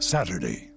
Saturday